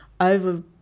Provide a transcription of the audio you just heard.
over